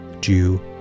Jew